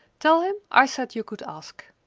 tell him i said you could ask.